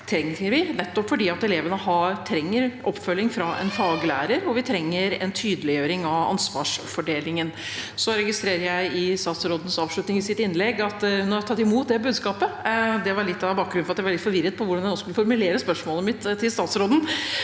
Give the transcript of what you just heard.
nettopp fordi elevene trenger oppfølging fra en faglærer, og vi trenger en tydeliggjøring av ansvarsfordelingen. Så registrerer jeg i avslutningen i statsrådens innlegg at hun har tatt imot det budskapet. Det var noe av bakgrunnen for at jeg var litt forvirret med tanke på hvordan jeg nå skulle formulere spørsmålet mitt til statsråden,